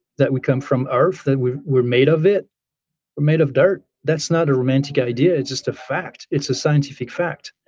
that we come from earth, that we're we're made of it, we're made of dirt. that's not a romantic idea, it's just a fact. it's a scientific fact.